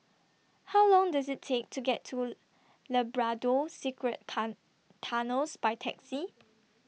How Long Does IT Take to get to Labrador Secret Tunnels By Taxi